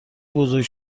بزرگ